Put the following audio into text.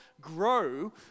grow